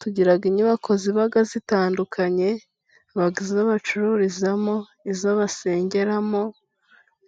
Tugira inyubako ziba zitandukanye izo bacururizamo, izo basengeramo,